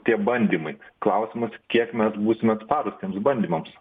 tie bandymai klausimas kiek mes būsime atsparūs tiems bandymams